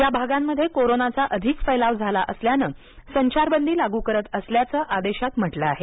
या भागांमध्ये कोरोनाचा अधिक फेलाव झाला असल्यान संचारबंदी लागू करत असल्याचं असं आदेशात म्हटलं आहे